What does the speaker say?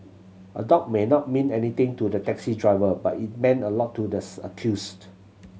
a dog may not mean anything to the taxi driver but it meant a lot to the accused